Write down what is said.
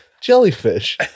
jellyfish